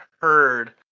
heard